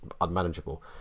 unmanageable